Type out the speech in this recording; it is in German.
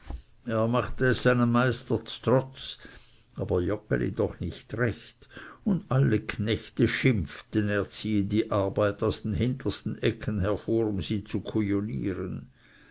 er machte es einem meister ztrotz aber joggeli doch nicht recht und alle knechte schimpften er ziehe die arbeit aus dem hintersten ecken hervor um sie zu